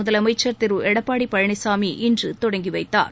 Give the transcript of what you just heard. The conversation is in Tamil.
முதலமைச்சர் திரு எடப்பாடி பழனிசாமி இன்று தொடங்கி வைத்தார்